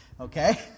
Okay